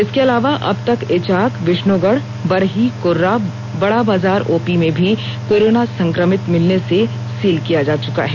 इसके अलावा अबतक इचाक विष्णुगढ़ बरही कोर्रा बड़ा बाजार ओपी में भी कोरोना संक्रमित मिलने से सील किया जा चुका है